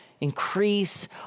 Increase